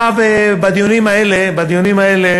לדיונים האלה